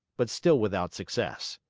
but still without success.